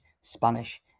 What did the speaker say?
Spanish